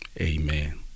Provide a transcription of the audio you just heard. amen